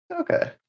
Okay